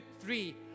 three